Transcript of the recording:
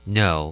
no